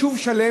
יישוב שלם,